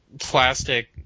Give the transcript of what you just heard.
plastic